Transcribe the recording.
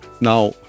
Now